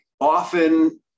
often